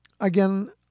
Again